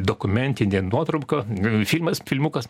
dokumentinė nuotrauka filmas filmukas